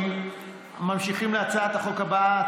ממשיכים להצעת החוק הבאה,